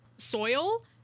soil